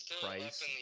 price